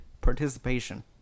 participation